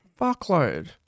Fuckload